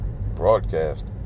broadcast